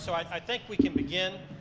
so i think we can begin.